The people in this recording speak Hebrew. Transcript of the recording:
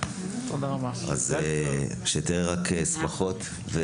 אז שתראה רק שמחות.